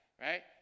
right